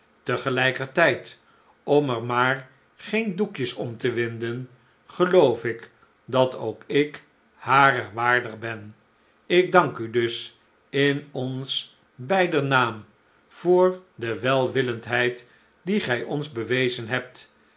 tegelijkertijd om er maar geen doekjes om te winden geloof ik dat ook ik harer waardig ben ik dank u dus in ons beider naam voor de welwillendheid die gij ons bewezen hebt